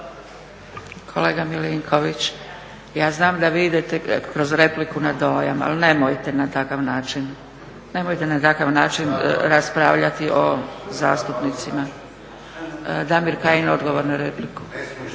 Kolega Milinković, ja znam da vi idete kroz repliku na dojam, ali nemojte na takav način. Nemojte na takav način raspravljati o zastupnicima. Damir Kajin, odgovor na repliku. **Kajin,